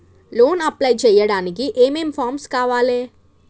Loan apply చేయడానికి ఏం ఏం ఫామ్స్ కావాలే?